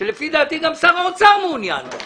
שלפי דעתי גם שר האוצר מעוניין בה,